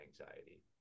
anxiety